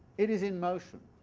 it is in motion.